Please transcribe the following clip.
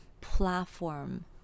platform